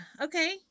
Okay